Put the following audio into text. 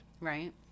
Right